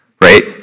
right